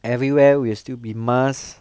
everywhere will still be mask